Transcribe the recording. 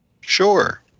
Sure